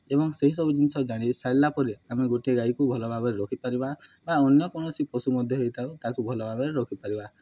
ଏବଂ ସେହି ସବୁ ଜିନିଷ ଜାଣି ସାରିଲା ପରେ ଆମେ ଗୋଟିଏ ଗାଈକୁ ଭଲ ଭାବରେ ରଖିପାରିବା ବା ଅନ୍ୟ କୌଣସି ପଶୁ ମଧ୍ୟ ଗୋଇଥାଉ ତାକୁ ଭଲ ଭାବରେ ରଖିପାରିବା